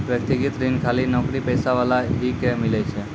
व्यक्तिगत ऋण खाली नौकरीपेशा वाला ही के मिलै छै?